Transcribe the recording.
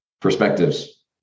perspectives